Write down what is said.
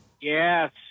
Yes